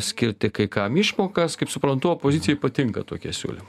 skirti kai kam išmokas kaip suprantu opozicijai patinka tokie siūlymai